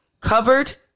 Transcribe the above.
covered